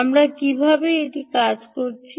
আমরা কীভাবে এটি কাজ করেছি